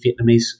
Vietnamese